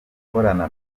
akorana